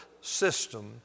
system